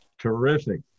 Terrific